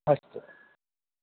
अस्तु